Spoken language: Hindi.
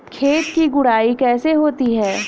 खेत की गुड़ाई कैसे होती हैं?